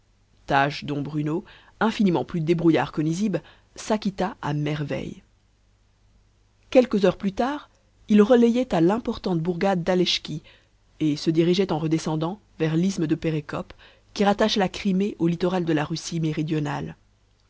tâche dont bruno infiniment plus débrouillard que nizib s'acquitta à merveille quelques heures plus tard ils relayaient à l'importante bourgade d'aleschki et se dirigeaient en redescendant vers l'isthme de pérékop qui rattache la crimée au littoral de la russie méridionale